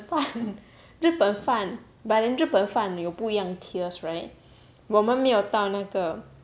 饭 but then 就日本饭有不一样 tiers right 我们没有到那个